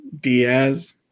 Diaz